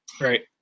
Right